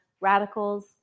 radicals